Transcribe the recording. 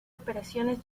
operaciones